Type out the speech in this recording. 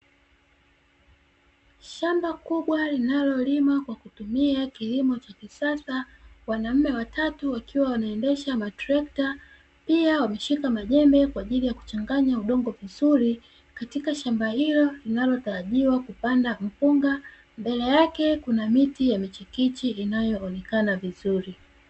Shamba kubwa linalolimwa kwa kutumia kilimo cha kisasa, wanaume watatu wakiwa wanaendesha matrekta. Pia wameshika majembe kwa ajili ya kuchanganya udongi vizuri, katika shamba hilo linalotarajiwa kupanda mpunga. Mbele yake kuna miti ya michikichi inayoonekana vizuri.